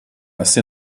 asi